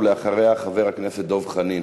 אחריה, חבר הכנסת דב חנין.